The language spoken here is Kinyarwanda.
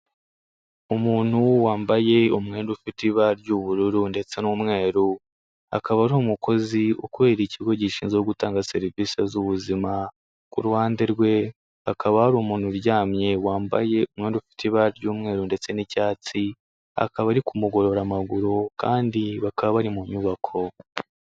Umuntu wambaye umwenda ufite ibara ry'ubururu ndetse n'umweru, akaba ari umukozi ukorera ikigo gishinzwe gutanga serivisi z'ubuzima, ku ruhande rwe hakaba hari umuntu uryamye wambaye umwenda ufite ibara ry'umweru ndetse n'icyatsi, akaba ari kumugorora amaguru kandi bakaba bari mu nyubako.